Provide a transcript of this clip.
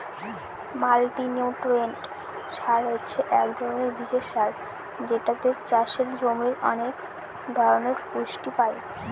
multinutrient সার হছে এক ধরনের বিশেষ সার যেটাতে চাষের জমির অনেক ধরনের পুষ্টি পাই